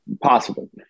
Possible